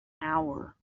hour